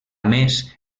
més